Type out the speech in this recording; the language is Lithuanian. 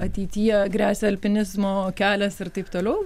ateityje gresia alpinizmo kelias ir taip toliau